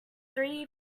three